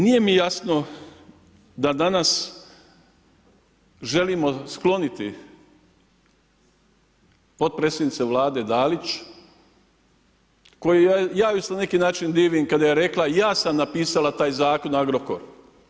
Nije mi jasno da danas želimo skloniti potpredsjednicu Vlade Dalić kojoj, ja joj se na neki način divim kada je rekla, ja sam napisala taj zakon o Agrokoru.